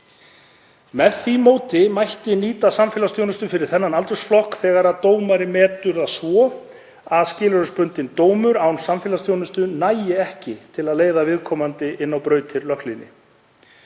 Með því móti mætti nýta samfélagsþjónustu fyrir þennan aldursflokk þegar dómari metur það svo að skilorðsbundinn dómur án samfélagsþjónustu nægi ekki til að leiða viðkomandi inn á brautir löghlýðni.